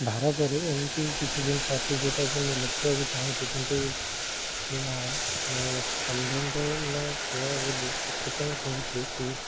ଭାରତରେ ଏମିତି କିଛି ଜିନିଷ ଅଛି ଯେଉଁଟା କି ମୁଁ ଲେଖିବାକୁ ଚାହୁଁଛି କିନ୍ତୁ ଏହା ସମ୍ବେଦନଶୀଳ ବୋଲି ଏଥିପାଇଁ କହୁଛି କି